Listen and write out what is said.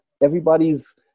everybody's